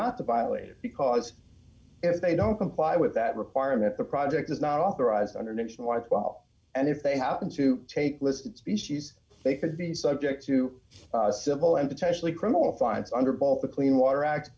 not to violate it because if they don't comply with that requirement the project is not authorized under nixon white well and if they happen to take listed species they could be subject to civil and potentially criminal fines under both the clean water act